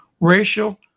racial